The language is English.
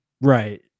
Right